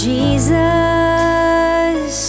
Jesus